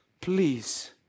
please